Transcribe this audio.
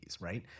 right